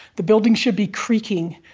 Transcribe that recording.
the building should be creaking.